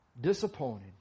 disappointed